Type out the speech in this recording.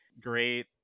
great